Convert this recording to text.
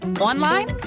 online